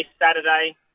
Saturday